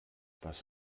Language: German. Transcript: was